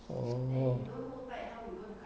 so (uh huh)